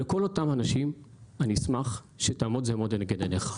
לכול אותם אנשים אני אשמח שתעמוד --- לנגד עיניך.